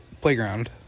playground